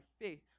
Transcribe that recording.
faith